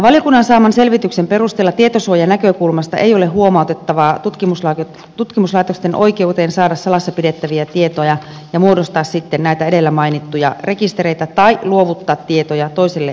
valiokunnan saaman selvityksen perusteella tietosuojanäkökulmasta ei ole huomautettavaa tutkimuslaitosten oikeuteen saada salassa pidettäviä tietoja ja muodostaa sitten näitä edellä mainittuja rekistereitä tai luovuttaa tietoja toiselle tutkimuslaitokselle